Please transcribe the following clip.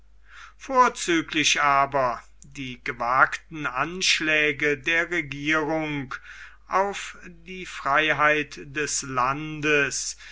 vorzüglich aber die gewagten anschläge der regierung auf die freiheit des landes